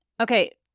okay